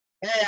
Hey